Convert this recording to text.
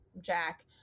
Jack